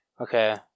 Okay